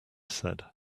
said